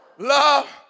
love